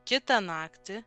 kitą naktį